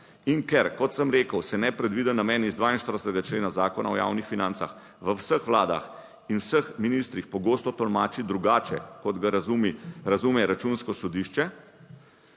in ker, kot sem rekel se nepredviden namen iz 42. člena Zakona o javnih financah v vseh vladah in vseh ministrih pogosto tolmači drugače, kot ga razume, razume Računsko sodišče.